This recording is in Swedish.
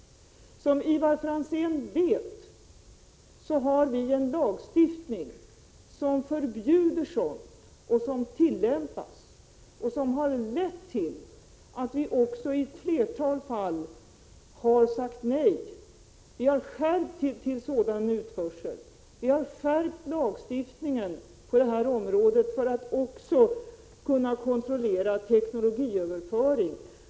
Som Ivar Franzén vet har vi en lagstiftning som förbjuder sådant. Den tillämpas och den har lett till att vi också i ett flertal fall har sagt nej till utförsel av det här slaget. Vi har skärpt lagstiftningen på det här området för att kunna kontrollera även teknologiöverföring.